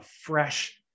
fresh